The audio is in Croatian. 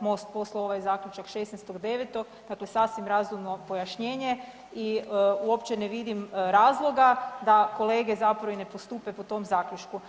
MOST poslao ovaj zaključak 16.9., dakle sasvim razumno pojašnjenje i uopće ne vidim razloga da kolege zapravo i ne postupe po tom zaključku.